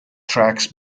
tracks